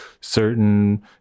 certain